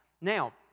Now